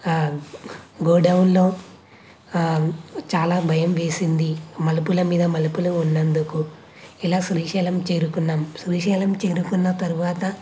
గోడౌన్లు చాలా భయం వేసింది మలుపుల మీద మలుపులు ఉన్నందుకు ఇలా శ్రీశైలం చేరుకున్నాం శ్రీశైలం చేరుకున్న తర్వాత